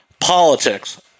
politics